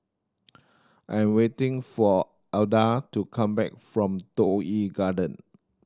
I am waiting for Alda to come back from Toh Yi Garden